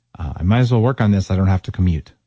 i might as well work on this. i don't have to commute.